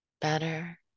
better